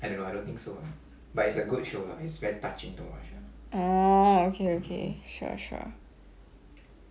orh okay okay sure sure